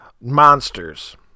monsters